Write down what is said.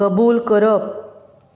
कबूल करप